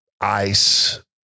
ice